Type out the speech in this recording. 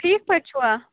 ٹھیٖک پٲٹھۍ چھُوا